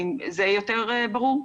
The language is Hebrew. זה יותר ברור?